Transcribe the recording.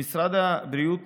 במשרד הבריאות